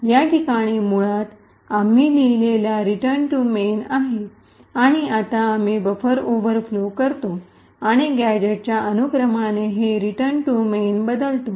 या ठिकाणी मुळात आम्ही पाहिलेला रिटर्न टू मेन आहे आणि आता आम्ही बफर ओव्हरफ्लो करतो आणि गॅझेटच्या अनुक्रमाने हे रिटर्न टू मेन बदलतो